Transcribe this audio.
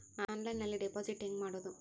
ಆನ್ಲೈನ್ನಲ್ಲಿ ಡೆಪಾಜಿಟ್ ಹೆಂಗ್ ಮಾಡುದು?